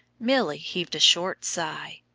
milly heaved a short sigh.